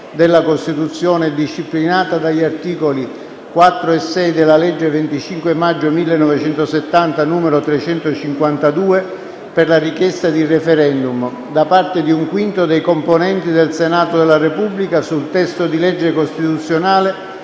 della Costituzione e disciplinata dagli articoli 4 e 6 della legge 25 maggio 1970, n. 352 - per la richiesta di *referendum*, da parte di un quinto dei componenti del Senato della Repubblica, sul testo di legge costituzionale